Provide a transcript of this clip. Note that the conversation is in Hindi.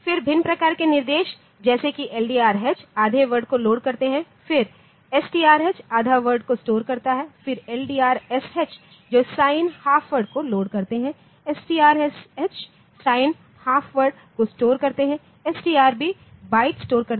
फिर भिन्न प्रकार के निर्देश जैसे कि LDRH आधे वर्ड को लोड करते हैं फिर STRH आधा वर्ड को स्टोर करते हैं फिर LDRSH जो साइन हाफ वर्ड को लोड करते हैं STRSH साइन हाफ वर्ड को स्टोर करते हैंSTRB बाइट स्टोर करते हैं